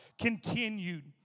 continued